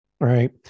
Right